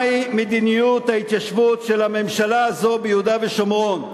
מה היא מדיניות ההתיישבות של הממשלה הזאת ביהודה ובשומרון.